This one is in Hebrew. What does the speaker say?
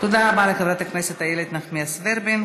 תודה רבה לחברת הכנסת איילת נחמיאס ורבין.